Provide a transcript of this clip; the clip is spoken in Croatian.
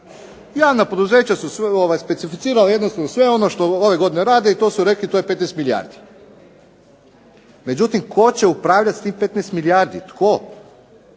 Javna poduzeća su specificirala jednostavno sve ono što ove godine rade i to su rekli to je 15 milijardi. Međutim, tko će upravljati sa tih 15 milijardi. Tko?